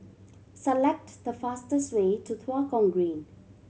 select the fastest way to Tua Kong Green